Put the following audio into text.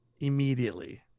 immediately